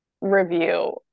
review